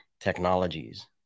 technologies